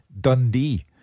Dundee